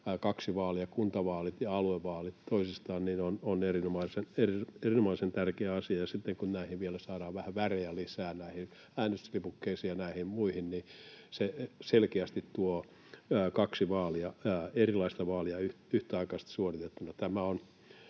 kaksi vaalia, kuntavaalit ja aluevaalit, on erinomaisen tärkeä asia, ja sitten kun vielä saadaan vähän värejä lisää äänestyslipukkeisiin ja näihin muihin, niin se selkeästi tuo ilmi, että on kaksi erilaista vaalia yhtäaikaisesti suoritettuna. Tämä on